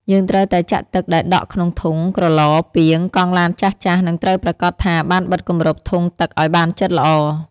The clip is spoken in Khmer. យើងត្រូវតែចាក់ទឹកដែលដក់ក្នុងធុង ក្រឡ ពាង កង់ឡានចាស់ៗ និងត្រូវប្រាកដថាបានបិទគម្របធុងទឹកឲ្យបានជិតល្អ។